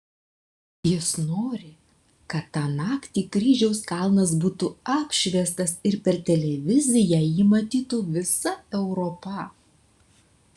jis nori kad tą naktį kryžiaus kalnas būtų apšviestas ir per televiziją jį matytų visa europa